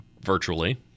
virtually